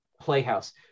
playhouse